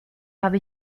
habe